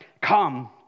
Come